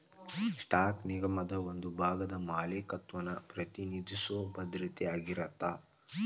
stock ನಿಗಮದ ಒಂದ ಭಾಗದ ಮಾಲೇಕತ್ವನ ಪ್ರತಿನಿಧಿಸೊ ಭದ್ರತೆ ಆಗಿರತ್ತ